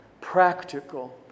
practical